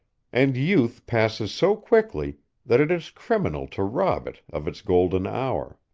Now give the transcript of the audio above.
and youth passes so quickly that it is criminal to rob it of its golden hour.